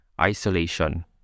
isolation